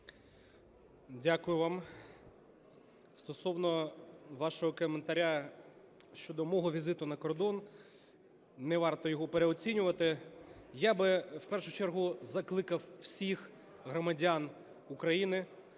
Дякую вам. Стосовно вашого коментаря щодо мого візиту на кордон, не варто його переоцінювати. Я би в першу чергу закликав всіх громадян України